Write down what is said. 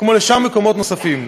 כמו למקומות נוספים.